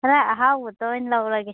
ꯈꯔ ꯑꯍꯥꯎꯕꯗ ꯑꯣꯏꯅ ꯂꯧꯔꯒꯦ